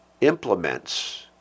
implements